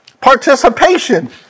participation